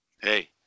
Hey